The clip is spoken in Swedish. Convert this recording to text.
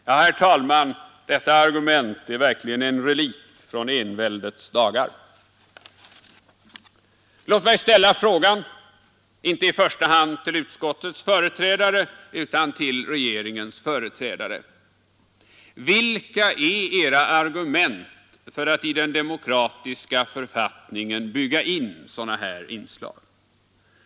Ja, herr talman, detta argument är verkligen en relikt från enväldets dagar. Låt mig ställa frågan, inte i första hand till utskottets företrädare, utan till regeringens företrädare: Vilka är era argument för att i den demokratiska författningen bygga in sådana här inslag?